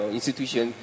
institution